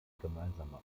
gemeinsame